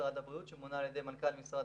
ממשרד הבריאות שמונה על ידי מנכ"ל משרד